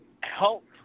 help